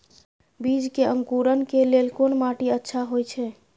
बीज के अंकुरण के लेल कोन माटी अच्छा होय छै?